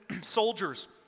soldiers